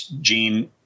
Gene